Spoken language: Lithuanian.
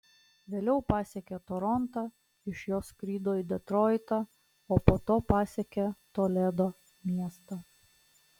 vėliau pasiekė torontą iš jo skrido į detroitą o po to pasiekė toledo miestą